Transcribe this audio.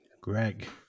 Greg